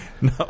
No